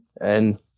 And-